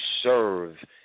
serve